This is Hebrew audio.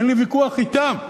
אין לי ויכוח אתם.